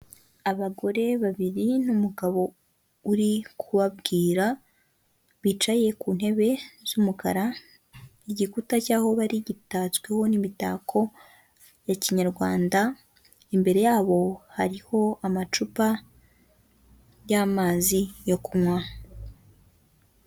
Abagore babiri n'umugabo uri kubabwira, bicaye ku ntebe z'umukara, igikuta cy'aho bari gitatsweho n'imitako ya kinyarwanda, imbere yabo hariho amacupa y'amazi yo kunywa.